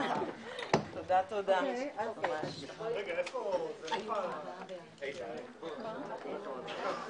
הישיבה ננעלה בשעה 20:00.